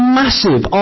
massive